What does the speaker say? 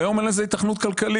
והיום אין לזה היתכנות כלכלית.